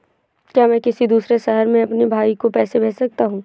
क्या मैं किसी दूसरे शहर में अपने भाई को पैसे भेज सकता हूँ?